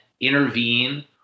intervene